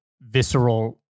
visceral